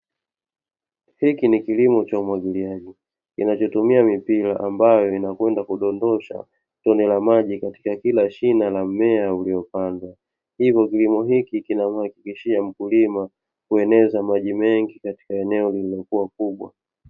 Hiki ni kilimo cha umwagiliaji kinacho tumia mipira ambayo inakwenda kudondosha tone la maji katika kila shina la mmea uliopandwa, hivyo kilimo hiki kinamhakikishia mkulima kueneza maji mengi katika eneo lililokuwa kubwa.